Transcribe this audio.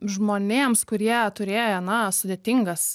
žmonėms kurie turėję na sudėtingas